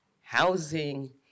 housing